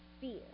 fear